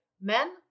Men